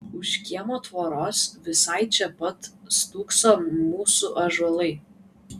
už kiemo tvoros visai čia pat stūkso mūsų ąžuolai